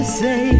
say